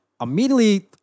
Immediately